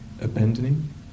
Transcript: abandoning